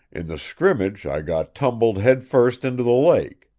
in the scrimmage i got tumbled headfirst into the lake.